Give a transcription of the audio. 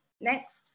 Next